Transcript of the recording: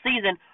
season